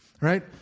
right